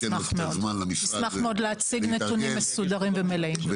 נשמח מאוד להציג נתונים מסודרים ומלאים.